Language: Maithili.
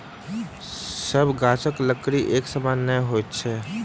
सभ गाछक लकड़ी एक समान नै होइत अछि